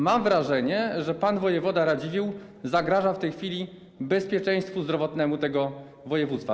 Mam wrażenie, że pan wojewoda Radziwiłł zagraża w tej chwili bezpieczeństwu zdrowotnemu tego województwa.